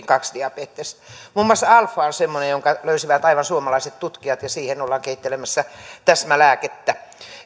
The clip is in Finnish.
kaksi diabetes muun muassa alfa on semmoinen jonka löysivät aivan suomalaiset tutkijat ja siihen ollaan kehittelemässä täsmälääkettä